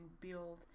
build